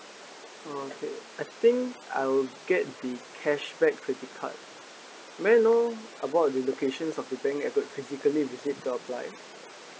okay I think I will get the cashback credit card may I know about the locations of the bank I could physically visit to apply